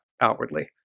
outwardly